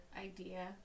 idea